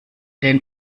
den